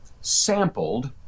sampled